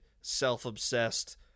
self-obsessed